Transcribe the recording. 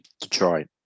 Detroit